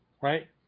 right